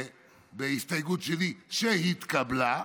בהסתייגות שלי שהתקבלה.